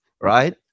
right